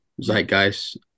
Zeitgeist